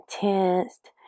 tensed